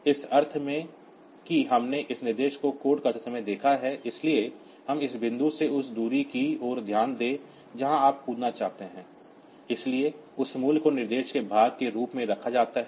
इस अर्थ में कि हमने इस निर्देश को कोड करते समय देखा है इसलिए हम इस बिंदु से उस दूरी की ओर ध्यान दें जहां आप जंप चाहते हैं इसलिए उस मूल्य को निर्देश के भाग के रूप में रखा जाता है